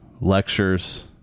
Lectures